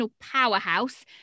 powerhouse